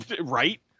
Right